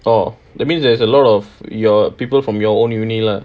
orh that means there's a lot of your people from your own university lah